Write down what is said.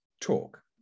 talk